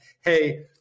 hey—